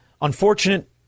unfortunate